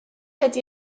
ydy